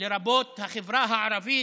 לרבות החברה הערבית,